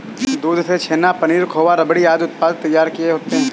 दूध से छेना, पनीर, खोआ, रबड़ी आदि उत्पाद तैयार होते हैं